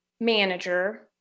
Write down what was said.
manager